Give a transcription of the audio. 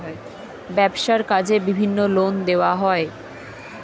ব্যবসার কাজে বিভিন্ন লোন দেওয়া হয়